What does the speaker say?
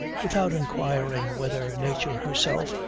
without inquiring whether nature herself,